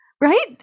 right